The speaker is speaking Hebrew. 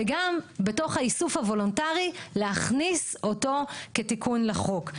וגם בתוך האיסוף הוולונטרי להכניס אותו כתיקון לחוק.